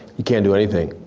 you can't do anything.